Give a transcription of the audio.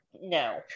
No